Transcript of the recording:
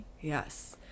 Yes